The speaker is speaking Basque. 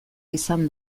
izan